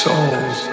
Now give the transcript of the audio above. Souls